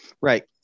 Right